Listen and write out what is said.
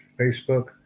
Facebook